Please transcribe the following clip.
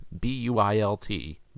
B-U-I-L-T